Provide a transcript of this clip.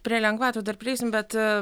prie lengvatų dar prieisim bet